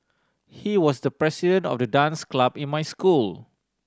he was the president of the dance club in my school